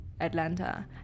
Atlanta